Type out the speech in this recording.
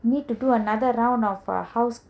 need to do another round of our house